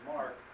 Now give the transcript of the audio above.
Mark